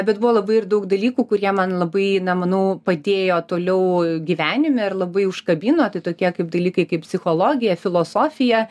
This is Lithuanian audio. bet buvo labai ir daug dalykų kurie man labai na manau padėjo toliau gyvenime ir labai užkabino tai tokie kaip dalykai kaip psichologija filosofija